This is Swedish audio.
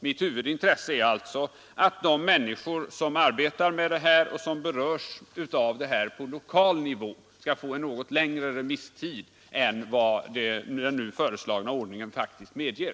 Mitt huvudintresse är alltså att de människor som arbetar med detta och som berörs av förslaget på lokal nivå skall få något längre remisstid än den nu föreslagna ordningen faktiskt medger.